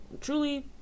Truly